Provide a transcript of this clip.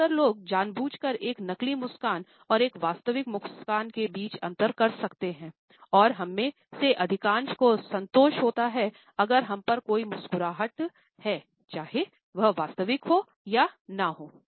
ज्यादातर लोग जानबूझकर एक नकली मुस्कान और एक वास्तविक मुस्कान के बीच अंतर कर सकते हैं और हममें से अधिकांश को संतोष होता हैअगर हम पर कोई मुस्कुराता है चाहे वह वास्तविक हो या न हो